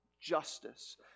justice